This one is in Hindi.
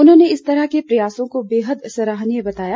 उन्होंने इस तरह के प्रयासों को बेहद सराहनीय बताया